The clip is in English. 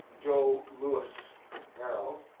joe louis barrow.